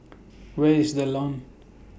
Where IS The Lawn